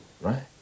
Right